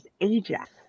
Ajax